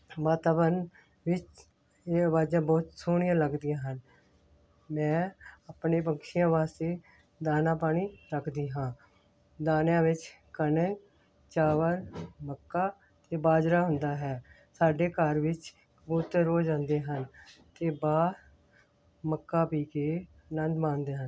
ਵਾਤਾਵਰਨ ਵਿੱਚ ਇਹ ਆਵਾਜ਼ਾਂ ਬਹੁਤ ਸੋਹਣੀਆਂ ਲੱਗਦੀਆਂ ਹਨ ਮੈਂ ਆਪਣੇ ਪਕਸ਼ੀਆਂ ਵਾਸਤੇ ਦਾਣਾ ਪਾਣੀ ਰੱਖਦੀ ਹਾਂ ਦਾਣਿਆਂ ਵਿੱਚ ਕਣਕ ਚਾਵਲ ਮੱਕਾ ਅਤੇ ਬਾਜਰਾ ਹੁੰਦਾ ਹੈ ਸਾਡੇ ਘਰ ਵਿੱਚ ਕਬੂਤਰ ਰੋਜ਼ ਆਉਂਦੇ ਹਨ ਅਤੇ ਬਾਹਰ ਮੱਕਾ ਪੀ ਕੇ ਆਨੰਦ ਮਾਣਦੇ ਹਨ